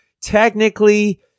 technically